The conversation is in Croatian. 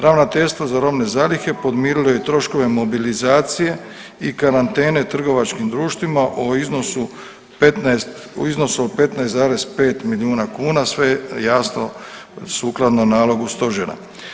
Ravnateljstvo za robne zalihe podmirilo je troškove mobilizacije i karantene trgovačkim društvima o iznosu 15, u iznosu od 15,5 milijuna kuna sve jasno sukladno nalogu stožera.